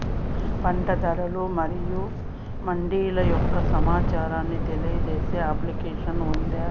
పంట ధరలు మరియు మండీల యొక్క సమాచారాన్ని తెలియజేసే అప్లికేషన్ ఉందా?